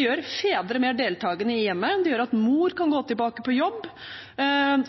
gjør fedre mer deltakende i hjemmet, det gjør at mor kan gå tilbake på jobb